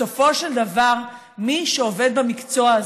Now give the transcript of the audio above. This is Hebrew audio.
בסופו של דבר מי שעובד במקצוע הזה,